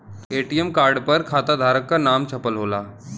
ATM card पर खाताधारक क नाम छपल होला